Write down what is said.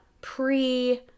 pre